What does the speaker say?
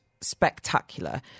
spectacular